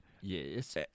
Yes